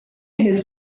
his